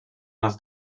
nas